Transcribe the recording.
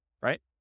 right